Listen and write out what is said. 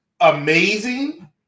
amazing